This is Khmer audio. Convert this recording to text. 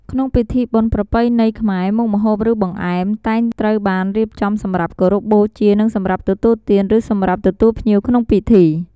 ក្នុងពិធីបុណ្យប្រពៃណីខ្មែរ មុខម្ហូបឬបង្អែម តែងត្រូវបានរៀបចំសម្រាប់គោរពបូជានិង សម្រាប់ទទួលទាន ឬសម្រាប់ទទួលភ្ញៀវក្នុងពិធី ។